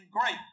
great